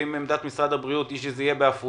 אם עמדת משרד הבריאות היא שזה יהיה בעפולה,